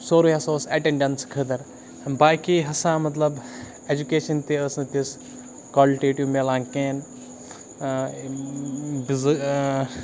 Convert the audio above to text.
سورُے ہَسا اوس اَٹٮ۪نٛڈٮ۪نٕس خٲطرٕ باقی ہَسا مطلب اٮ۪جوکیشَن تہِ ٲس نہٕ تِژھ کالٹیٹِو مِلان کِہیٖنۍ